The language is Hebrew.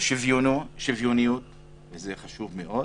שוויון חשוב מאוד